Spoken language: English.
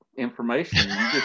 information